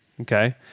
Okay